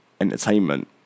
Entertainment